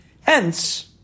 Hence